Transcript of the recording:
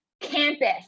campus